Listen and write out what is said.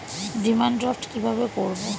Demand draft কীভাবে করব?